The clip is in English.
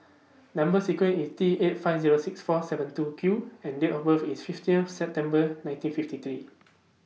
Number sequence IS T eight five Zero six four seven two Q and Date of birth IS fifteen September nineteen fifty three